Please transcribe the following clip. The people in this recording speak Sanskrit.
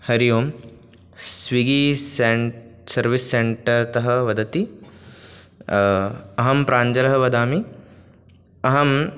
हरि ओं स्विगी सेण्ट् सर्विस् सेण्टर्तः वदति अहं प्राञ्जलः वदामि अहम्